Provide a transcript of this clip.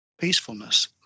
peacefulness